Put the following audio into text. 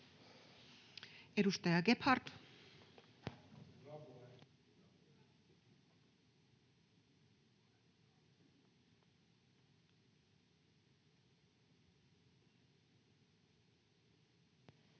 Edustaja Gebhard. Arvoisa